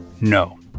no